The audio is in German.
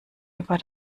über